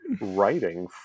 writing